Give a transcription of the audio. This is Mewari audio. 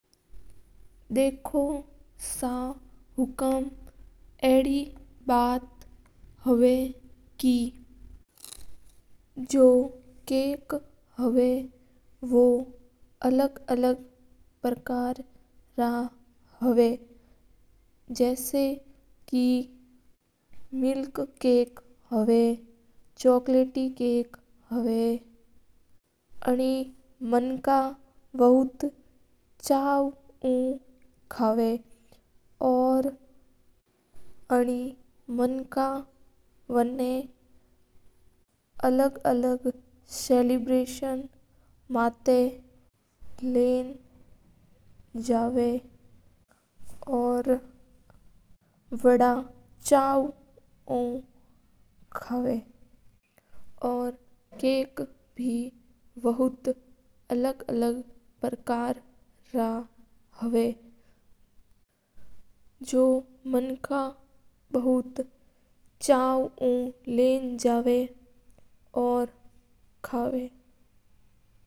देखो सा हुकूम अडी बात हवा के केक अलग-अलग पार्कर रा हवा मंक आँ छावे उ कावा है। औऱ माणक बेन अलग-अलग सिलवेशन मात लन जावा औऱ बाद छावे उ कावा है बना। औऱ केक बे बोथ अलग-अलग तरीका रा हवा औऱ माणक बोथ छावे उ कावा बना।